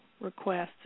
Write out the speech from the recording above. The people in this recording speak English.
requests